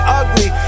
ugly